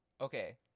Okay